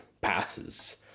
passes